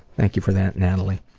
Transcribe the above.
thank you for that, natalie.